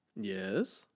Yes